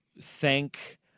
thank